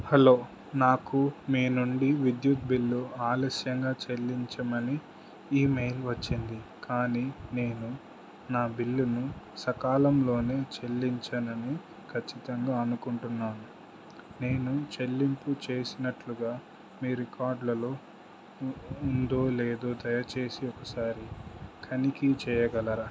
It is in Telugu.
హలో నాకు మీ నుండి విద్యుత్ బిల్లు ఆలస్యంగా చెల్లించమని ఈమెయిల్ వచ్చింది కానీ నేను నా బిల్లును సకాలంలోనే చెల్లించనని ఖచ్చితంగా అనుకుంటున్నాను నేను చెల్లింపు చేసినట్లుగా మీ రికార్డులలో ఉందో లేదో దయచేసి ఒకసారి తనిఖీ చేయగలరా